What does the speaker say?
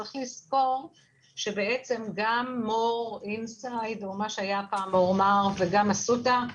צריך לזכור שגם מור אינסייד או מה שהיה פעם מור מאר וגם אסותא,